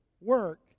work